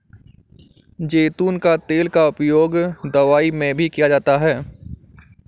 ज़ैतून का तेल का उपयोग दवाई में भी किया जाता है